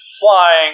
flying